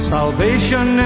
Salvation